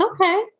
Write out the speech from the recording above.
Okay